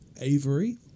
Avery